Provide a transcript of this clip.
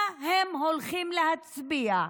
מה הם הולכים להצביע.